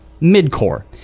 mid-core